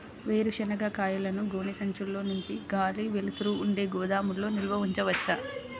వేరుశనగ కాయలను గోనె సంచుల్లో నింపి గాలి, వెలుతురు ఉండే గోదాముల్లో నిల్వ ఉంచవచ్చా?